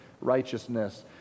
righteousness